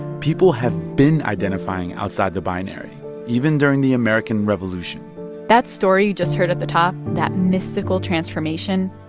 people have been identifying outside the binary even during the american revolution that story you just heard at the top, that mystical transformation,